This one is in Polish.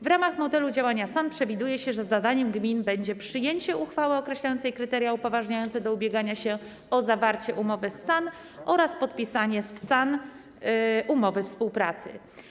W ramach modelu działania SAN przewiduje się, że zadaniem gmin będzie przyjęcie uchwały określającej kryteria upoważniające do ubiegania się o zawarcie umowy z SAN oraz podpisanie z SAN umowy współpracy.